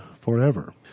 forever